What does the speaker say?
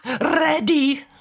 ready